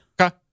Okay